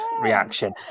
reaction